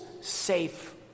safe